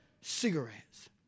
Cigarettes